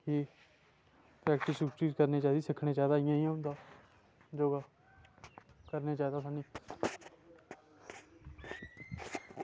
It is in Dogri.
प्रैक्टिस करनी चाहिदी सिक्खना चाहिदा कियां होंदा करना चाहिदा स